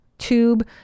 Tube